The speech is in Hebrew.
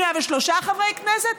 103 חברי כנסת.